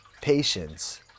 patience